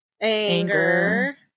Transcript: anger